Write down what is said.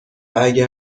اگر